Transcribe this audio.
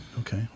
okay